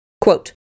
Quote